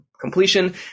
completion